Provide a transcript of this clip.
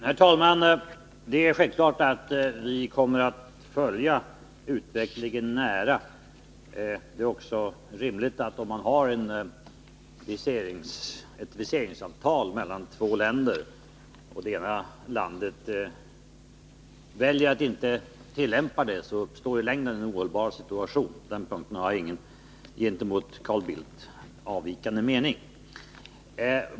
Herr talman! Det är självklart att vi kommer att nära följa utvecklingen. Om man har ett viseringsavtal mellan två länder och det ena landet väljer att inte tillämpa det, kan det i längden uppstå en ohållbar situation. På den punkten har jag samma mening som Carl Bildt.